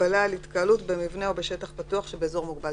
"הגבלה על התקהלות במבנה או בשטח פתוח שבאזור מוגבל",